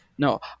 No